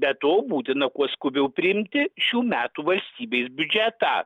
be to būtina kuo skubiau priimti šių metų valstybės biudžetą